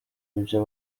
ibyo